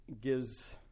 gives